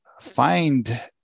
find